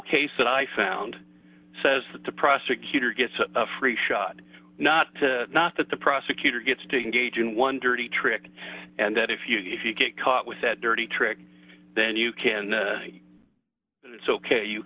case that i found says that the prosecutor gets a free shot not not that the prosecutor gets to engage in one dirty trick and that if you if you get caught with that dirty trick then you can it's ok you